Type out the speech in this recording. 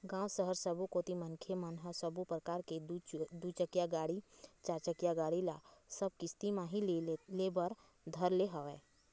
गाँव, सहर सबो कोती मनखे मन ह सब्बो परकार के दू चकिया गाड़ी, चारचकिया गाड़ी ल सब किस्ती म ही ले बर धर ले हवय